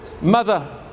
Mother